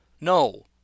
No